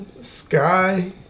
Sky